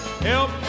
help